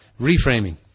Reframing